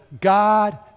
God